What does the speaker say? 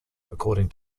according